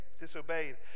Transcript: disobeyed